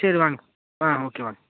சரி வாங்க ஆ ஓகே வாங்க